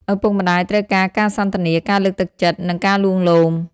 ឪពុកម្តាយត្រូវការការសន្ទនា ការលើកទឹកចិត្ត និងការលួងលោម។